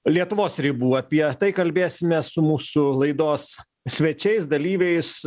lietuvos ribų apie tai kalbėsimės su mūsų laidos svečiais dalyviais